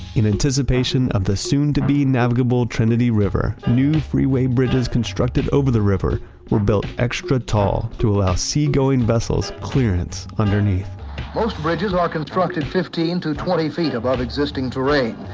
in anticipation of the soon-to-be navigable navigable trinity river, new freeway bridges constructed over the river were built extra tall to allow seagoing vessel clearance underneath most bridges are constructed fifteen to twenty feet above existing terrain,